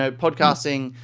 ah podcasting,